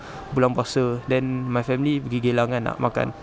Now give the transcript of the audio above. bulan puasa then my family pergi geylang kan nak makan